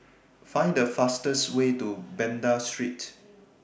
Find The fastest Way to Banda Street